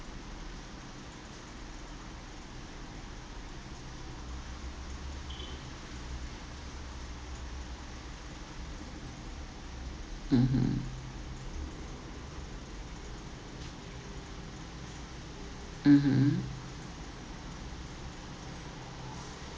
mmhmm mmhmm